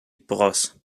bros